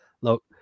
look